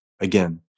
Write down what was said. Again